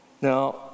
Now